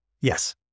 Yes